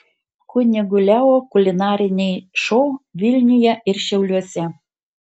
kunigo leo kulinariniai šou vilniuje ir šiauliuose